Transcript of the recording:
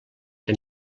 que